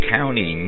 County